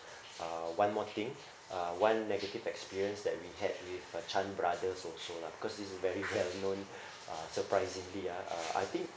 uh one more thing uh one negative experience that we had with uh Chan brothers also lah because it's a very well-known uh surprisingly ah uh I think